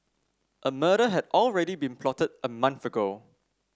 a murder had already been plotted a month ago